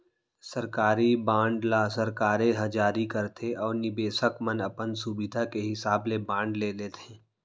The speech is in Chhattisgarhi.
सरकारी बांड ल सरकारे ह जारी करथे अउ निबेसक मन अपन सुभीता के हिसाब ले बांड ले लेथें